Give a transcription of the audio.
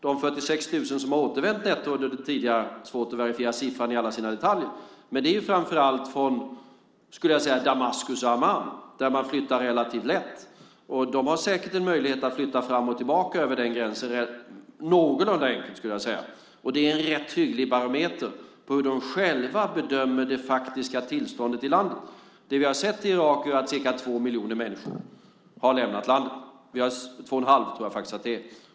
De 46 000 som har återvänt netto - det är svårt att verifiera siffran i alla sina detaljer - är framför allt från Damaskus och Amman, där man flyttar relativt lätt. De har säkert en möjlighet att flytta fram och tillbaka över den gränsen, någorlunda enkelt, skulle jag vilja säga. Det är en rätt hygglig barometer på hur de själva bedömer det faktiska tillståndet i landet. Vi har sett i Irak att ca 2 miljoner har lämnat landet. 2 1⁄2 miljoner, tror jag faktiskt att det är.